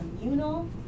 communal